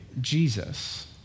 Jesus